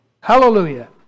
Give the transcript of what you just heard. Hallelujah